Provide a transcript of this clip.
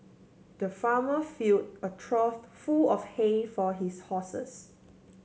the farmer fill a trough full of hay for his horses